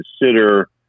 consider